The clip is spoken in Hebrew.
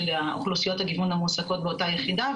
אוכלוסיות הגיוון המועסקות באותה יחידה,